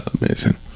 amazing